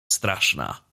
straszna